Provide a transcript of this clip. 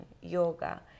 yoga